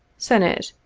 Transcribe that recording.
senate,